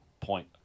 point